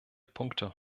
punkte